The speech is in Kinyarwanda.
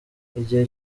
igihe